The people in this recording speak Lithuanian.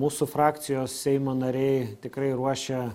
mūsų frakcijos seimo nariai tikrai ruošia